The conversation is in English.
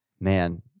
Man